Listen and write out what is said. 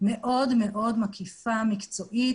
מאוד מאוד מקיפה ומקצועית